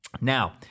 Now